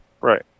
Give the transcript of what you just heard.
Right